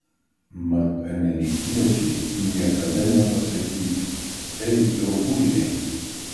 mat amerikiečiai niekada nepasakytų ei draugužiai